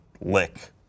lick